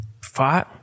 Fight